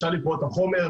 אפשר לקרוא את החומר,